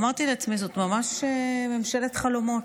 אמרתי לעצמי שזאת ממש ממשלת חלומות.